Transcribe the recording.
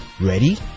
Ready